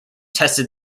tested